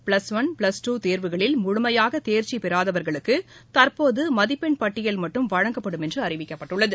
plus one plus two தேர்வுகளில் முழுமையாக தேர்ச்சி பெறாதவர்களுக்கு தற்போது மதிப்பெண் பட்டியல் மட்டும் வழங்கப்படும் என்று அறிவிக்கப்பட்டுள்ளது